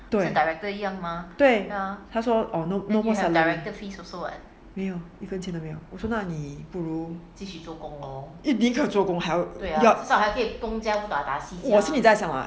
对对他说 oh no salary 没有一份钱都没有我说那你不如一个做个还有我心里在想